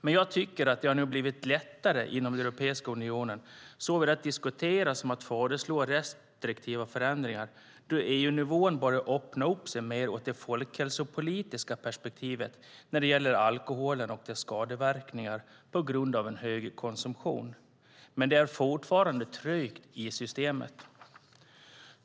Men jag tycker att det nu har blivit lättare inom Europeiska unionen såväl att diskutera som att föreslå restriktiva förändringar då EU-nivån börjar öppna sig mer för det folkhälsopolitiska perspektivet när det gäller alkoholen och dess skadeverkningar på grund av en hög konsumtion. Men det är fortfarande trögt i systemet.